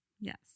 Yes